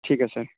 ٹھیک ہے سر